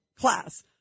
class